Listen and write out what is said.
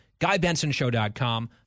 guybensonshow.com